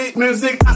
Music